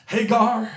Hagar